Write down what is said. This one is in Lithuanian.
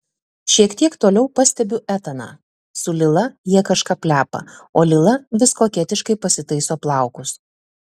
šiek tiek toliau pastebiu etaną su lila jie kažką plepa o lila vis koketiškai pasitaiso plaukus